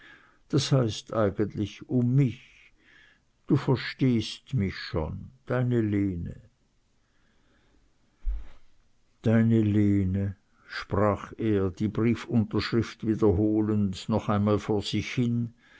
das heißt eigentlich um mich du verstehst mich schon deine lene deine lene sprach er die briefunterschrift wiederholend noch einmal vor sich hin